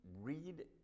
read